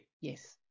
Yes